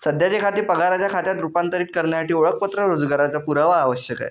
सध्याचे खाते पगाराच्या खात्यात रूपांतरित करण्यासाठी ओळखपत्र रोजगाराचा पुरावा आवश्यक आहे